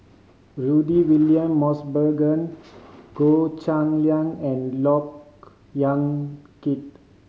Rudy William Mosbergen Goh Cheng Liang and Look Yan Kit